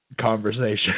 conversation